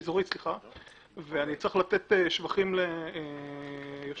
ואני צריך לתת שבחים לראש